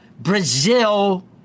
Brazil